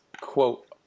quote